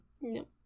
No